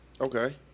okay